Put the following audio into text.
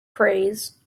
praise